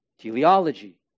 teleology